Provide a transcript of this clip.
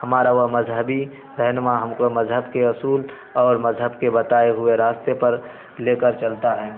ہمارا وہ مذہبی رہنما ہم کو مذہب کے اصول اور مذہب کے بتائے ہوئے راستے پر لے کر چلتا ہے